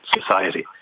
society